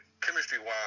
chemistry-wise